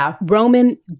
Roman